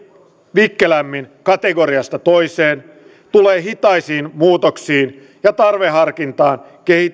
vikkelämmin kategoriasta toiseen tulee hitaisiin muutoksiin ja tarveharkintaan